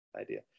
idea